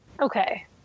Okay